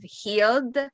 healed